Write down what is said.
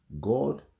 God